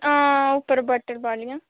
हां उप्पर बट्टल वालियां